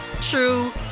true